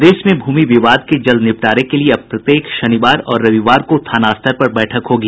प्रदेश में भूमि विवाद के जल्द निपटारे के लिए अब प्रत्येक शनिवार और रविवार को थाना स्तर पर बैठक होगी